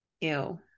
ew